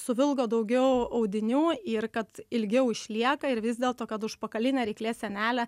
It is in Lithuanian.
suvilgo daugiau audinių ir kad ilgiau išlieka ir vis dėl to kad užpakalinė ryklės sienelė